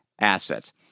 assets